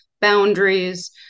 boundaries